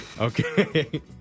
Okay